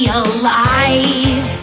alive